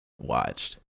watched